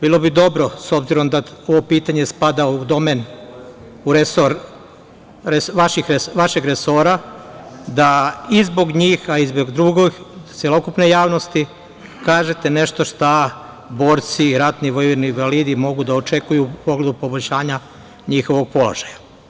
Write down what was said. Bilo bi dobro, s obzirom da ovo pitanje spada u domen vašeg resora, da i zbog njih, a i zbog celokupne javnosti, kažete nešto šta borci, ratni vojni invalidi mogu da očekuju u pogledu poboljšanja njihovog položaja?